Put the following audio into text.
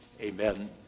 amen